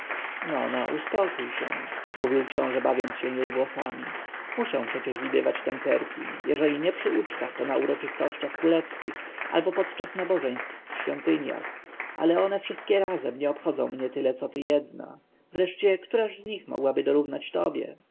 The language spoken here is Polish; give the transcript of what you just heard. no no uspokój się mówił książę bawiąc się jej włosami muszę przecież widywać tancerki jeżeli nie przy ucztach to na uroczystościach królewskich albo podczas nabożeństw w świątyniach ale one wszystkie razem nie obchodzą mnie tyle co ty jedna wreszcie któraż z nich mogłaby dorównać tobie